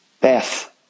Beth